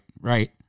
Right